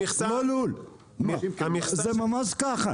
זה ממש ככה.